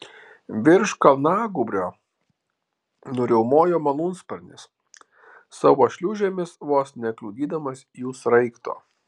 virš kalnagūbrio nuriaumojo malūnsparnis savo šliūžėmis vos nekliudydamas jų sraigto